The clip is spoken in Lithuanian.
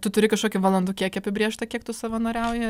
tu turi kažkokį valandų kiekį apibrėžtą kiek tu savanoriauji